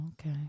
okay